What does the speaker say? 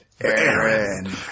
aaron